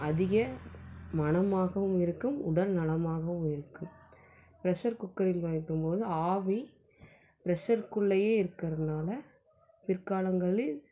அதிக மணமாகவும் இருக்கும் உடல் நலமாகவும் இருக்கும் ப்ரெஷர் குக்கரில் சமைக்கும் போது ஆவி ப்ரெஷர் குள்ளேயே இருக்கறதுனால் பிற்காலங்களில்